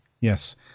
yes